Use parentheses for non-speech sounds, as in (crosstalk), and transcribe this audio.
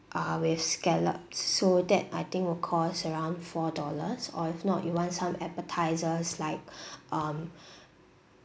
uh with scallop so that I think will cost around four dollars or if not you want some appetisers like (breath) um (breath)